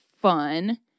fun